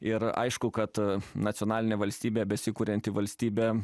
ir aišku kad nacionalinė valstybė besikurianti valstybė